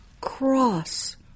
cross